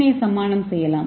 ஏ சாமணம் செய்யலாம்